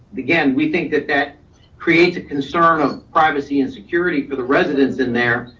again, we think that that creates a concern of privacy and security for the residents in there,